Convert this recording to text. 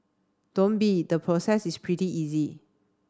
don't be the process is pretty easy